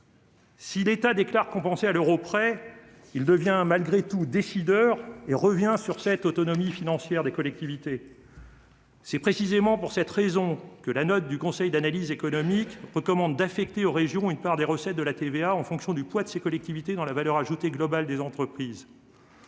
Si l'État déclare la compenser à l'euro près, il devient malgré tout décideur et revient sur l'autonomie financière des collectivités. C'est précisément pour cette raison que, dans sa note, le Conseil d'analyse économique recommande d'affecter aux régions une part des recettes de la TVA en fonction du poids des collectivités dans la valeur ajoutée globale des entreprises.